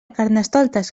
carnestoltes